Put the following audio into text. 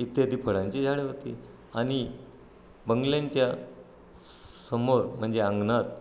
इत्यादी फळांची झाडे होती आणि बंगल्यांच्या समोर म्हणजे अंगणात